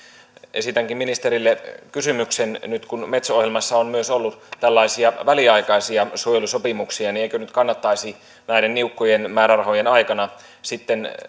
esitänkin ministerille kysymyksen nyt kun metso ohjelmassa on myös ollut tällaisia väliaikaisia suojelusopimuksia niin eikö nyt kannattaisi näiden niukkojen määrärahojen aikana sitten